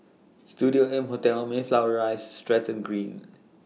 Studio M Hotel Mayflower Rise Stratton Green